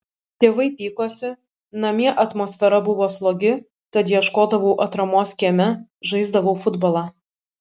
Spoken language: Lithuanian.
tėvai pykosi namie atmosfera buvo slogi tad ieškodavau atramos kieme žaisdavau futbolą